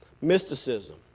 Mysticism